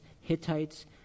Hittites